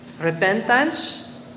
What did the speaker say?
repentance